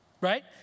right